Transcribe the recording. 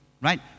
Right